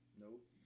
Nope